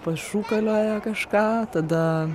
pašūkalioja kažką tada